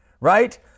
right